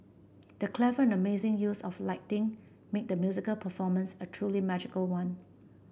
the clever and amazing use of lighting made the musical performance a truly magical one